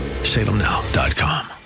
salemnow.com